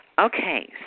Okay